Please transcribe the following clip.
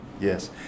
Yes